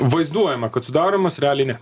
vaizduojama kad sudaromas realiai ne